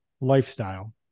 lifestyle